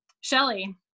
Shelly